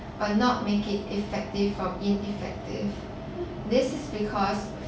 but not make it effective or ineffective this is because